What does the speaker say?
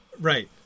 Right